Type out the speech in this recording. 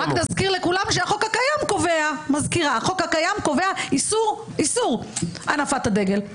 רק נזכיר לכולם שהחוק הקיים קובע איסור הנפת הדגל.